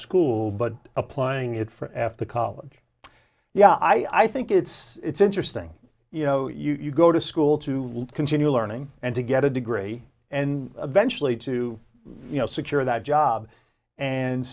school but applying it for after college yeah i think it's it's interesting you know you go to school to continue learning and to get a degree and eventually to secure that job and